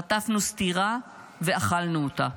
חטפנו סטירה ואכלנו אותה.